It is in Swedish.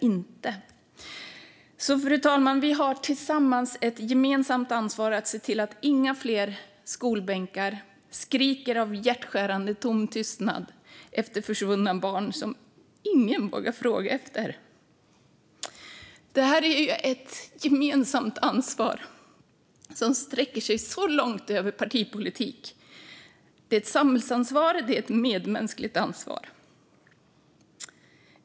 Fru talman! Vi har tillsammans ett gemensamt ansvar för att se till att inga fler skolbänkar skriker av hjärtskärande tom tystnad efter försvunna barn som ingen vågar fråga efter. Det är ett gemensamt ansvar som sträcker sig långt bortom partipolitik; det är ett samhällsansvar, och det är ett medmänskligt ansvar.